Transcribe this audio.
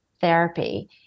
therapy